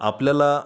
आपल्याला